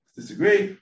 disagree